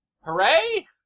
Hooray